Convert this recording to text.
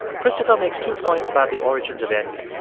christopher makes two points about the origins of envy.